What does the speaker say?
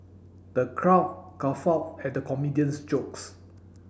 the crowd guffawed at the comedian's jokes